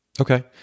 Okay